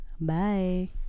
Bye